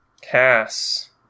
Cass